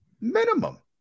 minimum